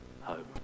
home